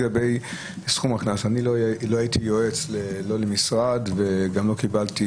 לגבי סכום הקנס אני לא הייתי יועץ למשרד וגם לא קיבלתי